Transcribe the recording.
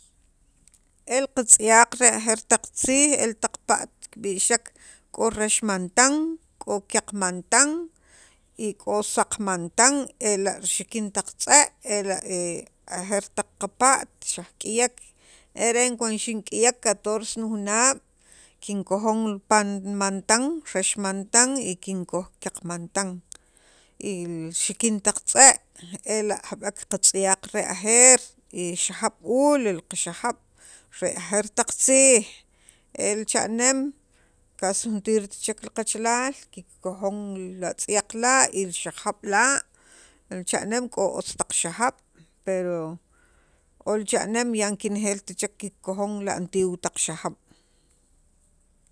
el qatz'yaq re ajeer taq tziij el taq pa't kib'ixek k'o rax mantan, k'o kyaq mantan y k'o saq mantan ela' li xikin taq tz'e' ela' ajeer taq qapa't xajk'iyek, e r'en chuando xink'iyek cators ni junaab' kinkojon li pan kinkojn rax mantan y kinkoj kyaq mantan y xikin taq tz'e' ela' jab'ek taq qatz'yaq re ajeer y xijaab' hule ela' qaxajaab' re ajeer taq tziij el cha'neem qast juntirt chek kachalaal kikojon li atz'yaq la' y li xajaab' la' cha'nem otz taq xajab' per ol cha'neem yan kanejelt chek kikojon li antiguo taq xajaab'.